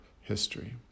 history